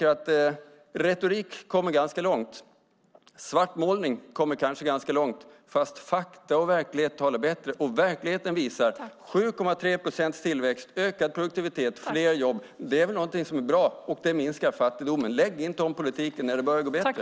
Retorik kommer man ganska långt med, svartmålning kommer man kanske ganska långt med, fast fakta och verklighet håller bättre, och verkligheten visar 7,3 procents tillväxt, ökad produktivitet, fler jobb. Det är väl någonting som är bra, och det minskar fattigdomen. Lägg inte om politiken när det börjar gå bättre!